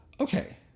okay